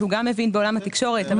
שגם מבין בעולם התקשורת.